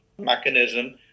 mechanism